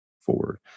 forward